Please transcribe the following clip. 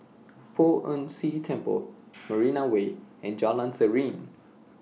Poh Ern Shih Temple Marina Way and Jalan Serene